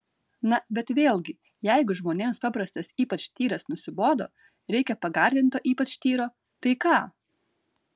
na bet vėlgi jeigu žmonėms paprastas ypač tyras nusibodo reikia pagardinto ypač tyro tai ką